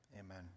Amen